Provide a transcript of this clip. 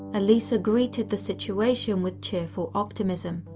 elisa greeted the situation with cheerful optimism,